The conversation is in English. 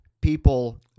people